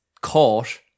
caught